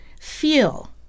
feel